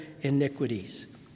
iniquities